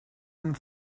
amb